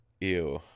Ew